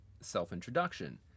self-introduction